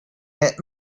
had